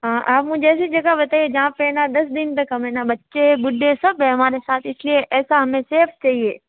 हाँ आप मुझे ऐसी जगह बताइये जहाँ पे है न दस दिन तक हम है न बच्चे बुढ्ढे सब है हमारे साथ इसलिए ऐसा हमें सैफ चाहिए